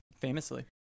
Famously